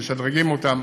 משדרגים אותם,